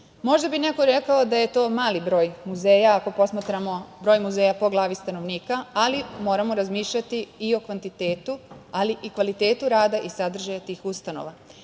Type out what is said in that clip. Možda bi neko rekao da je to mali broj muzeja, ako posmatramo broj muzeja po glavi stanovnika, ali moramo razmišljati i o kvantitetu, ali i kvalitetu rada i sadržaja tih ustanova.